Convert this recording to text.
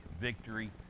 victory